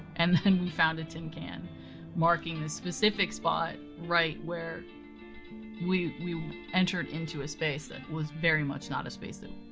and then we found a tin can marking a specific spot, right where we we entered into a space that was very much not a space that